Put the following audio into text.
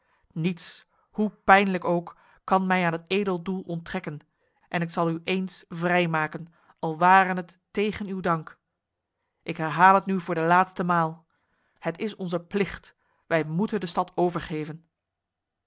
niets hoe pijnlijk ook kan mij aan het edel doel onttrekken en ik zal u eens vrijmaken al ware het tegen uw dank ik herhaal het nu voor de laatste maal het is onze plicht wij moeten de stad overgeven